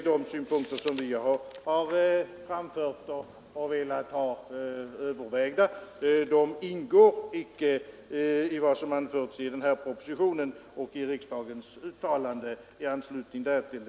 De synpunkter som vi har framfört och velat ha övervägda ingår icke i den propositionen eller i riksdagens uttalande i anslutning därtill.